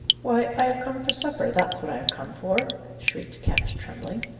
why, i have come for supper, that's what i have come for, shrieked ketch, trembling.